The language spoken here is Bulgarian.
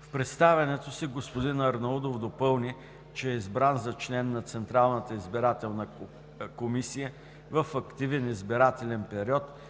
В представянето си господин Арнаудов допълни, че е избран за член на Централната избирателна комисия в активен избирателен период